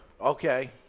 Okay